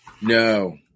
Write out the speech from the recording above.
No